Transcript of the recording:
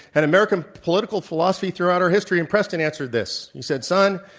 an american political philosophy throughout our history and preston answered this, he said, son,